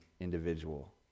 individual